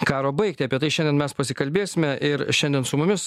karo baigtį apie tai šiandien mes pasikalbėsime ir šiandien su mumis